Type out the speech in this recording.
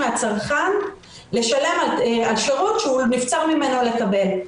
מהצרכן לשלם על שירות שנבצר ממנו לקבל.